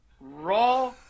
Raw